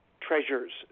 treasures